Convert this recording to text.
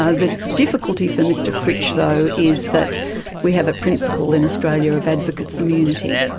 ah the difficulty for mr fritsch though is that we have a principle in australia of advocates' immunity.